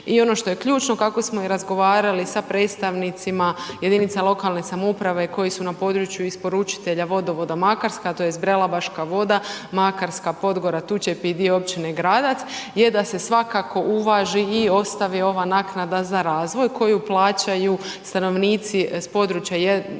i ono što je ključno, kako smo i razgovarali sa predstavnicima jedinica lokalne samouprave koji su na području isporučitelja vodovoda Makarska, tj. Brela, Baška voda, Makarska, Podgora, Tučepi i dio općine Gradac je da se svakako uvaži i ostavi ova naknada za razvoj koju plaćaju stanovnici s područja jedne